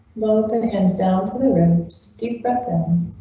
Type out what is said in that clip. logan hands down to the rooms, deep breath and.